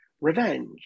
revenge